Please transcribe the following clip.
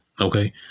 Okay